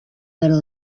little